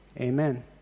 amen